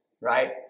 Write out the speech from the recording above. right